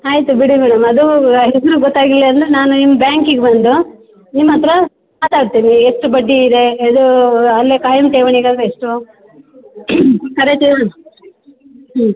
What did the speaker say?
ಆಯಿತು ಬಿಡಿ ಅದು ಹೆಸರು ಗೊತ್ತಾಗಿಲ್ಲ ಅಂದರೆ ನಾನು ನಿಮ್ಮ ಬ್ಯಾಂಕ್ಗೆ ಬಂದು ನಿಮ್ಮ ಹತ್ರ ಮಾತಾಡ್ತೀನಿ ಎಷ್ಟು ಬಡ್ಡಿ ಇದೆ ಇದು ಅಲ್ಲೇ ಖಾಯಂ ಠೇವಣಿಗಳು ಎಷ್ಟು ಕರೆಕ್ಟ್ ಹೇಳು ಹೂಂ